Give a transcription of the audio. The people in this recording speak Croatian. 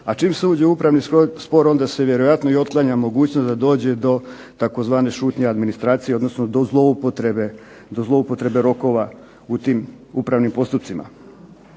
a čim se uđe u upravni spor onda se vjerojatno otklanja mogućnost da dođe do tzv. šutnje administracije, odnosno do zloupotrebe rokova u tim upravnim postupcima.